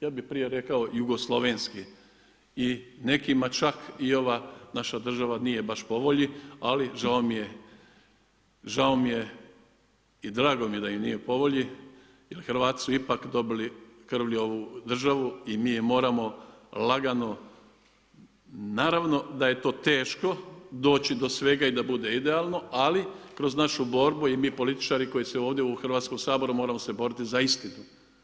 Ja bih prije rekao jugoslavenski i nekima čak i ova naša država nije baš po volji, ali žao mi je i drago mi je da im nije po volji jer Hrvati su ipak dobili krvlju ovu državu i mi je moramo lagano, naravno da je to teško doći do svega i da bude idealno ali kroz našu borbu i mi političari koji smo ovdje u Hrvatskom saboru moramo se boriti za istinu.